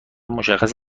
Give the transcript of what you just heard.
مشخص